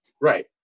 Right